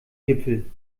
gipfel